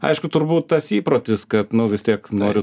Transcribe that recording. aišku turbūt tas įprotis kad nu vis tiek noriu